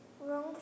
wrong